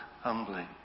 humbly